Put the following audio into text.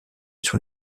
sur